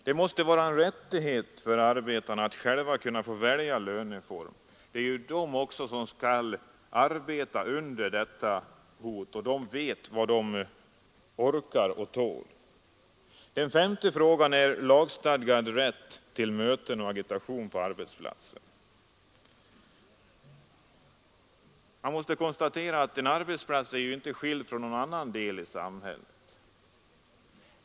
Det måste vara en rättighet för arbetarna att själva få välja löneform. Det är ju de som skall göra arbetet, och de vet vad de orkar och tål. Den femte frågan är lagstadgad rätt till möten och agitation på arbetsplatsen. En arbetsplats kan ju inte vara något avskilt från samhället i övrigt.